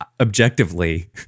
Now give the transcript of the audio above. objectively